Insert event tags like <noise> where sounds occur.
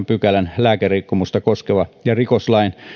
<unintelligible> pykälän lääkerikkomusta koskeva ja rikoslain